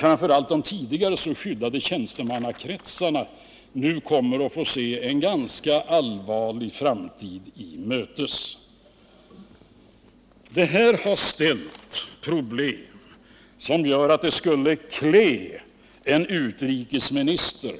Framför allt de tidigare så skyddade tjänstemannakretsarna kommer att få gå en ganska allvarlig framtid till mötes. Det här har ställt till problem, som gör att det skulle klä en utrikesminister